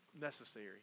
necessary